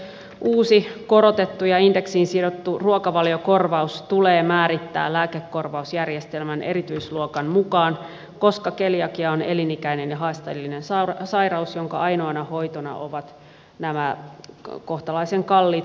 uusi korotettu ja indeksiin sidottu ruokavaliokorvaus tulee määrittää lääkekorvausjärjestelmän erityiskorvausluokan mukaan koska keliakia on elinikäinen ja haasteellinen sairaus jonka ainoana hoitona ovat nämä kohtalaisen kalliit gluteenittomat tuotteet